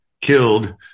killed